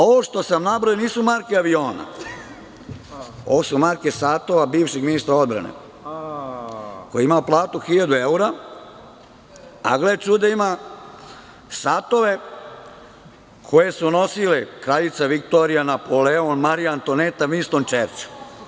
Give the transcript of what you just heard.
Ovo što sam nabrojao nisu marke aviona, ovo su marke satova bivšeg ministra odbrane, koji je imao platu hiljadu evra, a gle čuda ima satove koje su nosile kraljica Viktorija, Napoleon, Marija Antoaneta, Vinston Čerčil.